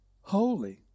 holy